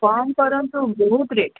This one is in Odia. କମ୍ କରନ୍ତୁ ବହୁତ ରେଟ୍